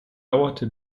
dauerte